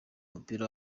umupira